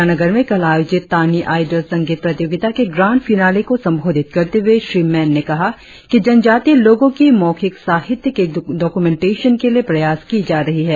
ईटानगर में कल आयोजित तानी आयडल संगीत प्रतियोगिता के ग्रांड फिनाले को संबोधित करते हुए श्री मेन ने कहा कि जनजातिय लोगों की मौखिक साहित्य की डोकुमेन्टेशन के लिए प्रयास की जा रही है